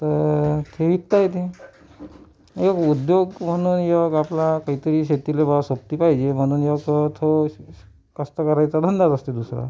तर ते विकता येते एक उद्योग म्हणून एक आपला काहीतरी शेतीले बा सोबती पाहिजे म्हणून हे असं थोस कास्तकारांचा धंदाच असते दुसरा